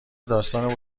داستان